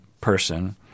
person